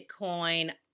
Bitcoin